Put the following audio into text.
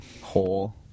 hole